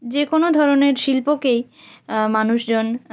যে কোনও ধরনের শিল্পকেই মানুষজন